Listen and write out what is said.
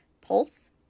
Pulse